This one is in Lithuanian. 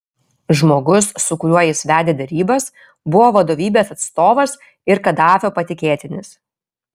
žmogus su kuriuo jis vedė derybas buvo vadovybės atstovas ir kadafio patikėtinis